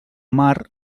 mar